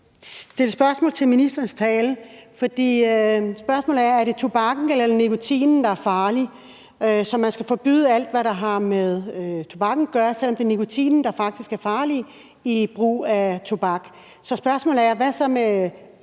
stille et spørgsmål vedrørende ministerens tale. For spørgsmålet er, om det er tobakken eller nikotinen, der er farlig. Skal man forbyde alt, der har med tobakken at gøre, selv om det er nikotinen, der faktisk er farlig i forbindelse med brug af tobak? Så spørgsmålet er: Hvad så med